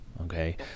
Okay